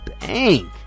bank